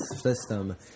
system